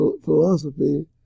Philosophy